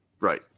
Right